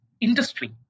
industry